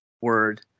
word